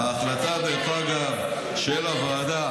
ההחלטה, ההחלטה של הוועדה